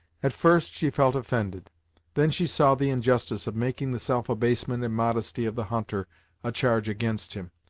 at first, she felt offended then she saw the injustice of making the self-abasement and modesty of the hunter a charge against him,